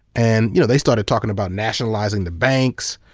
and you know, they started talking about nationalizing the banks,